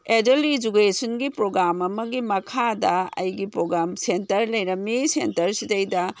adult ꯏꯖꯨꯀꯦꯁꯟꯒꯤ programme ꯑꯃꯒꯤ ꯃꯈꯥꯗ ꯑꯩꯒꯤ ꯄ꯭ꯔꯣꯒꯥꯝ ꯁꯦꯟꯇꯔ ꯂꯩꯔꯝꯃꯤ ꯁꯦꯟꯇꯔꯁꯤꯗꯩꯗ